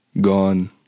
Gone